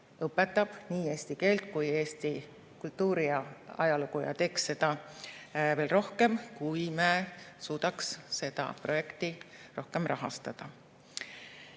õpetab nii eesti keelt kui ka eesti kultuuri ja [Eesti] ajalugu ning teeks seda rohkem, kui me suudaks seda projekti rohkem rahastada.